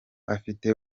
afite